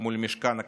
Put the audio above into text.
מול משכן הכנסת.